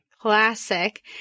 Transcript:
Classic